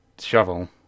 shovel